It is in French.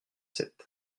sept